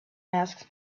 asked